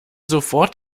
sofort